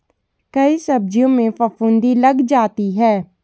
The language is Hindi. कई सब्जियों में फफूंदी लग जाता है